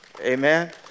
Amen